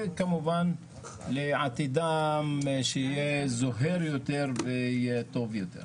וכמובן לעתידם שיהיה זוהר יותר ויהיה טוב יותר.